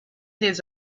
des